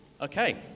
Okay